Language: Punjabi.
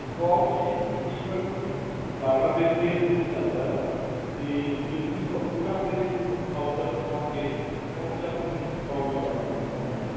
ਕੋਸਟ ਜੀ ਤਕਰੀਬਨ ਬਾਰਾਂ ਰੁਪਏ ਸਕੈਰ ਫੁੱਟ ਚੱਲਦਾ ਗਾ ਅਤੇ ਜੇ ਤੁਸੀਂ ਸ ਪੂਰਾ ਦੇ ਹਾਊਸ ਦਾ ਕਰਵਾਉਗੇ ਤਾਂ ਉਹਦੇ 'ਚ ਆਪਾਂ ਕੁਛ ਡਿਸਕਾਊਂਟ ਵੀ ਕਰ ਦਾਂਗੇ ਤੁਹਾਨੂੰ